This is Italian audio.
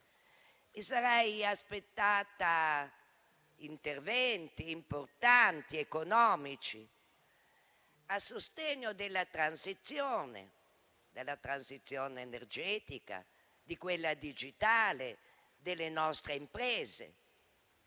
Mi sarei aspettata interventi economici importanti, a sostegno della transizione energetica, di quella digitale, delle nostre imprese,